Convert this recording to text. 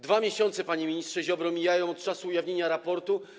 2 miesiące, panie ministrze Ziobro, mijają od czasu ujawnienia raportu.